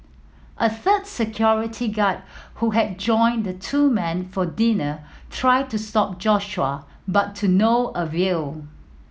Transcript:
a third security guard who had joined the two men for dinner tried to stop Joshua but to no avail